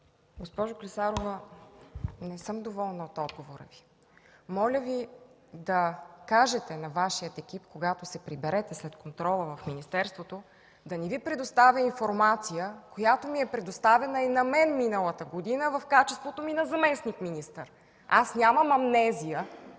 Госпожо Клисарова, не съм доволна от отговора Ви. Моля Ви да кажете на Вашия екип, когато се приберете след контрола в министерството, да не Ви предоставя информация, която ми е предоставена и на мен миналата година, в качеството ми на заместник-министър. Аз нямам амнезия,